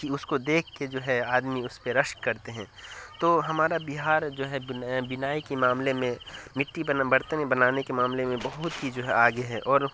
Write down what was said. کہ اس کو دیکھ کے جو ہے آدمی اس پہ رشک کرتے ہیں تو ہمارا بہار جو ہے بنائی کے معاملے میں مٹی برتنیں بنانے کے معاملے میں بہت ہی جو ہے آگے ہے اور